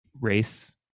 race